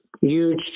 Huge